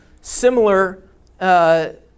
similar